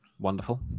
Wonderful